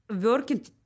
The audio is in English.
working